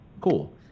cool